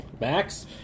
Max